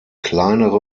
kleinere